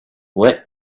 let